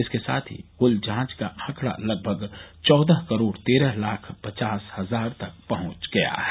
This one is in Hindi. इसके साथ ही कुल जांच का आंकड़ा लगभग चौदह करोड़ तेरह लाख पचास हजार तक पहुंच गया है